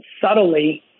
subtly